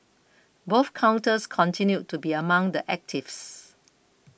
both counters continued to be among the actives